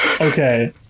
Okay